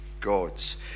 gods